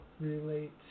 relate